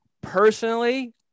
personally